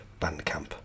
Bandcamp